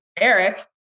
Eric